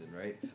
right